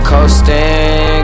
Coasting